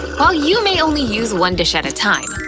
while you may only use one dish at a time,